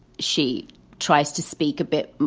she tries to speak a bit,